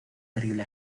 terrible